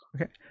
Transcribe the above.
Okay